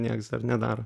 nieks dar nedaro